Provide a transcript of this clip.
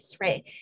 right